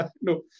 No